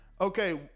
okay